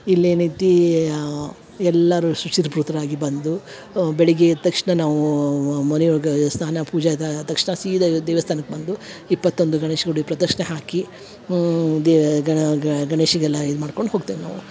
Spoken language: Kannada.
ಇಲ್ಲಿ ಏನೈತೀ ಎಲ್ಲಾರು ಶುಚಿರ್ಭೂತರಾಗಿ ಬಂದು ಬೆಳಗ್ಗೆ ಎದ್ದ ತಕ್ಷಣ ನಾವು ಮನಿಯೊಳಗ ಸ್ನಾನ ಪೂಜೆ ಆದು ಆದ ತಕ್ಷಣ ಸೀದ ದೇವಸ್ಥಾನಕ್ಕೆ ಬಂದು ಇಪ್ಪತೊಂದು ಗಣೇಶ ಗುಡಿ ಪ್ರದಕ್ಷಣೆ ಹಾಕಿ ದೇ ಗಣ ಗಣೇಶಿಗೆಲ್ಲ ಇದು ಮಾಡ್ಕೊಂಡು ಹೋಗ್ತೇವಿ ನಾವು